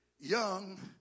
young